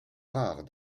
rares